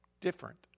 different